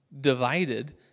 divided